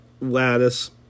lattice